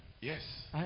Yes